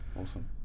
Awesome